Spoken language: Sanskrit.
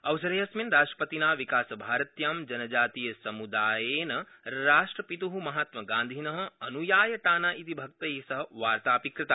अवसरेऽस्मिन् राष्ट्रपतिना विकासभारत्यां जनजातीयसमुदायेन राष्ट्रपित्ः महात्मगांधिनः अनुयाय टाना इति भक्तैः सह वार्ता अपि कृता